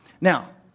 Now